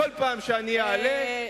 בכל פעם שאני אעלה,